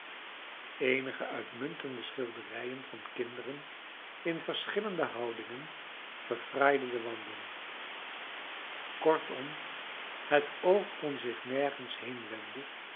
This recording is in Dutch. eenige uitmuntende schilderijen van kinderen in verschillende houdingen verfraaiden de wanden kortom het oog kon zich nergens heenwenden